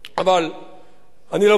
אבל אני לא בטוח,